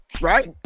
right